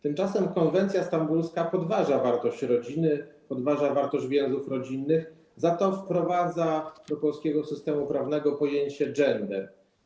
Tymczasem konwencja stambulska podważa wartość rodziny, podważa wartość więzów rodzinnych, za to wprowadza do polskiego systemu prawnego pojęcie „gender”